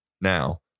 Now